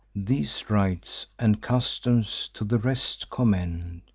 these rites and customs to the rest commend,